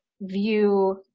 view